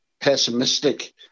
pessimistic